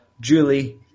...Julie